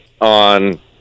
on